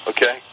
Okay